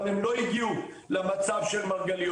אבל הם לא הגיעו למצב של מרגליות.